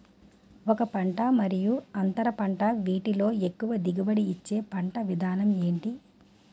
ఒక పంట మరియు అంతర పంట వీటిలో ఎక్కువ దిగుబడి ఇచ్చే పంట విధానం ఏంటి?